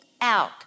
out